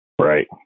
Right